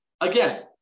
again